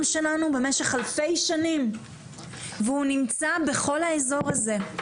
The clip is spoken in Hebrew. שלנו במשך אלפי שנים והוא נמצא בכל האזור הזה.